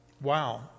Wow